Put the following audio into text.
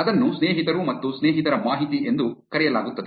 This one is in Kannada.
ಅದನ್ನು ಸ್ನೇಹಿತರು ಮತ್ತು ಸ್ನೇಹಿತರ ಮಾಹಿತಿ ಎಂದು ಕರೆಯಲಾಗುತ್ತದೆ